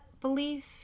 belief